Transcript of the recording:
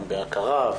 שהיא בהכרה,